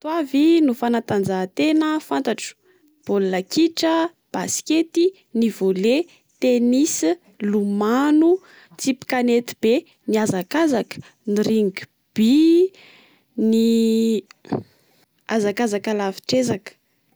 Ireto avy no fanatanjahatena fantatro: baola kitra, baskety, ny volley, tenis, lomano, tsipy kanety be ,ny hazakazaka, ny ringby, nyhazakazaka lavitrezaka